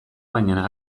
baina